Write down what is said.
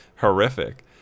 horrific